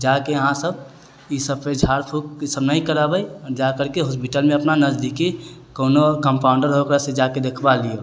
तऽ जाकऽ अहाँ सभ इसभ पर झाड़ फूख ईसभ न कराबै जाकरके हॉस्पिटल मे अपना नजदीकी कोनो कम्पाउण्डर जा करके ओकरासँ देखबा लिअ